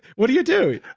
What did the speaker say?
what do you do?